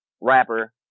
rapper